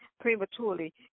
prematurely